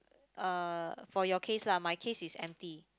uh for your case lah my case is empty